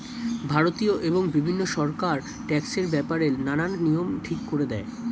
ভারতীয় এবং বিভিন্ন সরকার ট্যাক্সের ব্যাপারে নানান নিয়ম ঠিক করে দেয়